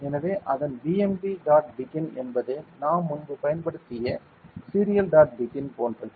எனவே அதன் PMB dot begin என்பது நாம் முன்பு பயன்படுத்திய சீரியல் டாட் பிகின் போன்றது